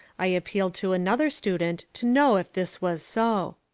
i appealed to another student to know if this was so.